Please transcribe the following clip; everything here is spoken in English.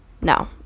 no